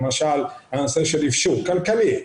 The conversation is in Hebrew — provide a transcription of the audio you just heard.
למשל הנושא של איפשור כלכלי,